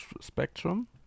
spectrum